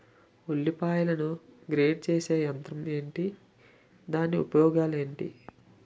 ఉల్లిపాయలను గ్రేడ్ చేసే యంత్రం ఏంటి? దాని ఉపయోగాలు ఏంటి?